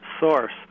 source